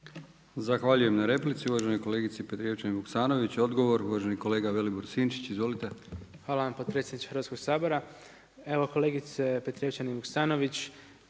Zahvaljujem na replici uvaženoj kolegici Petrijevčanin Vuksanović. Odgovor uvaženi kolega Vilibor Sinčić. Izvolite. **Sinčić, Ivan Vilibor (Živi zid)** Hvala potpredsjeniče Hrvatskog sabora. Evo kolegice Petrijevčanini Vuksanović,